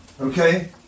Okay